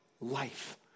life